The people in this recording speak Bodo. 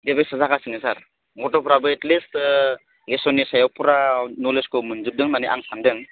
रिभाइससो जागासिनो सार गथ'फ्राबो एट लिस्ट लेसननि सायाव फुरा नलेजखौ मोनजोबदों होनना आं सान्दों